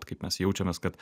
kaip mes jaučiamės kad